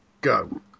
go